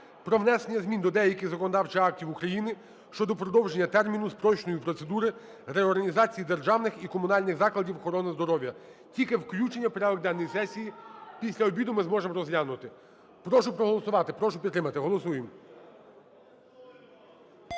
про внесення змін до деяких законодавчих актів України щодо продовження терміну спрощеної процедури реорганізації державних і комунальних закладів охорони здоров'я. Тільки включення в порядок денний сесії. Після обіду ми зможемо розглянути. Прошу проголосувати, прошу підтримати. Голосуємо.